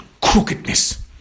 crookedness